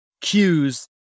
cues